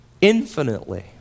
infinitely